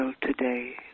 today